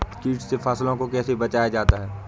कीट से फसल को कैसे बचाया जाता हैं?